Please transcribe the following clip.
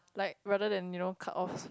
like rather than you know cut off